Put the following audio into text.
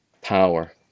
power